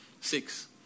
six